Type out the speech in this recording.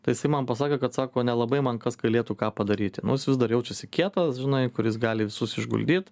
tai jisai man pasakė kad sako nelabai man kas galėtų ką padaryti nu jis vis dar jaučiasi kietas žinai kuris gali visus išguldyt